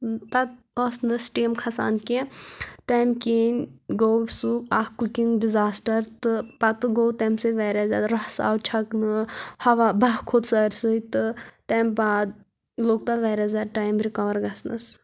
تتھ ٲس نہٕ سِٹیٖم کھسان کینٛہہ تمہِ کِنۍ گوٚو سُہ اکھ کُکِنگ ڈِزاسٹر تہٕ پتہٕ گوٚو تمہِ سۭتۍ واریاہ زیادٕ رس آو چھکنہٕ ہوا بہہ کھوٚت سٲرسٕے تہٕ تمہِ بعد لوٚگ تتھ واریاہ زیادٕ ٹایِم رِکور گژھنس